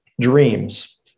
dreams